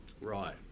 Right